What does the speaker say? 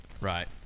Right